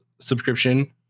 subscription